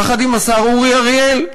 יחד עם השר אורי אריאל,